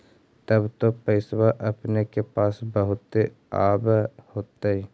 तब तो पैसबा अपने के पास बहुते आब होतय?